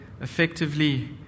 effectively